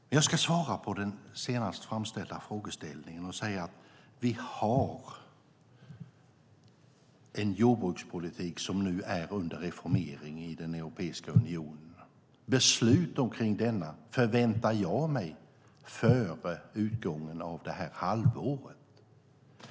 Men jag ska svara på den senast framställda frågan och säga att vi har en jordbrukspolitik som nu är under reformering i Europeiska unionen. Beslut om denna väntar jag mig före utgången av det här halvåret.